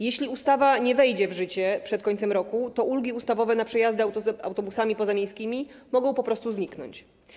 Jeśli ustawa nie wejdzie w życie przed końcem roku, ulgi ustawowe na przejazdy autobusami pozamiejskimi mogą po prostu zniknąć.